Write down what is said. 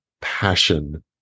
passion